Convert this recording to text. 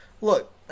Look